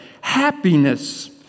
happiness